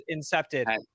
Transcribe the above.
incepted